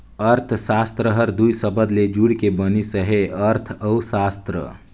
अर्थसास्त्र हर दुई सबद ले जुइड़ के बनिस अहे अर्थ अउ सास्त्र